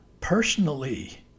personally